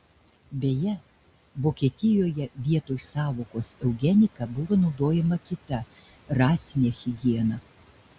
beje vokietijoje vietoj sąvokos eugenika buvo naudojama kita rasinė higiena